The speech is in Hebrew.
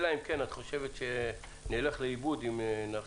62) (מאגר צרכנים להגבלת שיחות שיווק מרחוק),